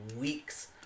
weeks